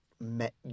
Met